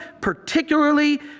particularly